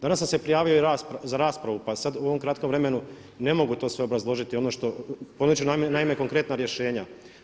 Danas sam se prijavio za raspravu pa sad u ovom kratkom vremenu ne mogu to sve obrazložiti ono što, ponudit ću naime konkretna rješenja.